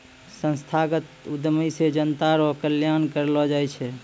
संस्थागत उद्यमी से जनता रो कल्याण करलौ जाय छै